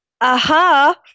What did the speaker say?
Aha